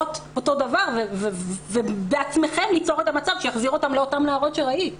את המצב ולהחזיר אותן לאותו מצב של נערות שראית.